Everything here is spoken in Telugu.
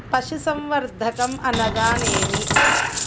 పశుసంవర్ధకం అనగానేమి?